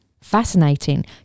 fascinating